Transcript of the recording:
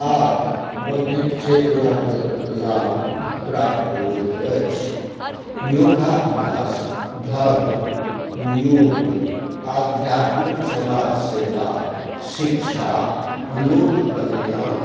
आदि बौद्धिक चेतनाके लाभ प्राप्त होइत अछि योगाभ्यास धर्म योग आध्यात्मिक समाजसेवा शिक्षा लोक कल्याण